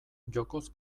jokoz